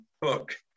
book